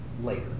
Later